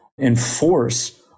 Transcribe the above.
enforce